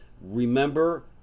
remember